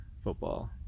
football